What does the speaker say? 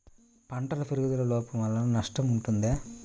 పంటల పెరుగుదల లోపం వలన నష్టము ఉంటుందా?